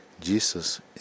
Jesus